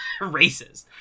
racist